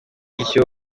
ishyo